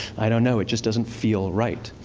i don't know. it just doesn't feel right.